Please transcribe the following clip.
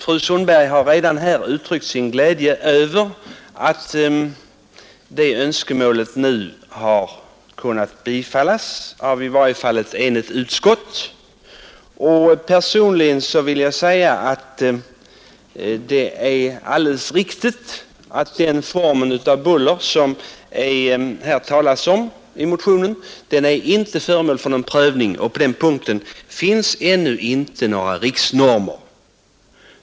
Fru Sundberg har redan här uttryckt sin glädje över att det önskemålet i varje fall har kunnat bifallas av ett enigt utskott. Personligen vill jag säga att det är alldeles riktigt, att den formen av buller som det talas om i motionen inte är föremål för någon prövning och att det på den punkten ännu inte finns några riksnormer.